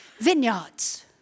vineyards